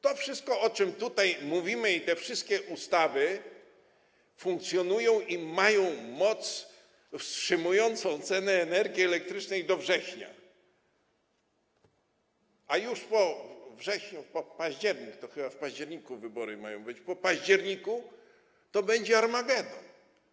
To wszystko, o czym tutaj mówimy, te wszystkie ustawy funkcjonują i mają moc wstrzymującą ceny energii elektrycznej do września, a już po wrześniu, po październiku - to chyba w październiku wybory mają być - to będzie armagedon.